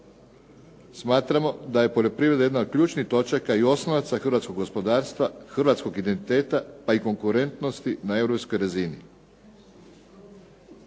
smatramo da je poljoprivreda jedna od ključnih točaka i oslonaca Hrvatskog gospodarstva, identiteta pa i konkurentnosti na Europskoj razini.